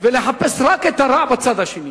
ולחפש רק את הרע בצד השני,